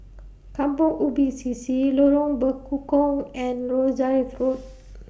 Kampong Ubi C C Lorong Bekukong and Rosyth Road